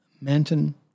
Manton